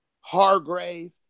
Hargrave